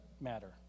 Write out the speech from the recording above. matter